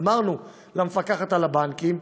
אמרנו למפקחת על הבנקים: